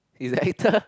he's a actor